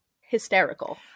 hysterical